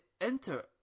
enter